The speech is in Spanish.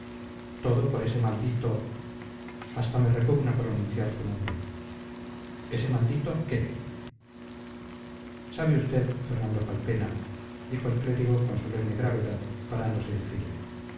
todo por ese maldito hasta me repugna pronunciar su nombre ese maldito qué sabe usted fernando calpena dijo el clérigo con solemne gravedad parándose en firme